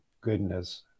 goodness